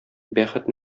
бәхет